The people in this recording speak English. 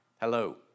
Hello